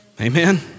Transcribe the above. Amen